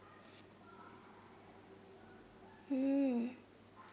mm